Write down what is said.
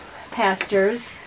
pastors